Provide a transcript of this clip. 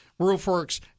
roofworks